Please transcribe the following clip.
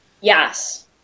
Yes